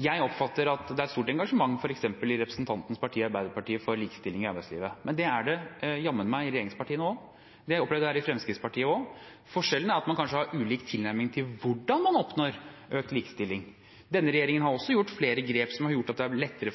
jeg oppfatter et stort engasjement i f.eks. representantens parti, Arbeiderpartiet, for likestilling i arbeidslivet. Men det er det jammen meg også i regjeringspartiene, og det opplever jeg også i Fremskrittspartiet. Forskjellen er kanskje at man har ulik tilnærming til hvordan man oppnår økt likestilling. Denne regjeringen har tatt flere grep som har gjort at det har blitt lettere å